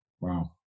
Wow